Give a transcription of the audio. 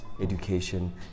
education